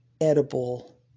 edible